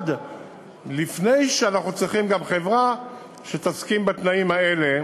לפני שאנחנו צריכים גם חברה שתסכים בתנאים האלה